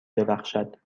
درخشد